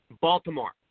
Baltimore